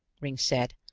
ringg said,